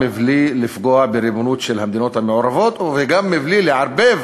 מבלי לפגוע בריבונות של המדינות המעורבות וגם מבלי לערבב